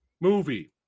movie